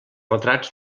retrats